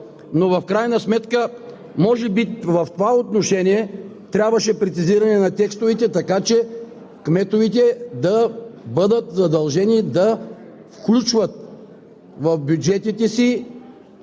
но в крайна сметка може би в това отношение трябваше прецизиране на текстовете, така че кметовете да бъдат задължени да включват в бюджетите си